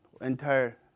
entire